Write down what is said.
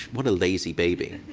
what a lazy baby.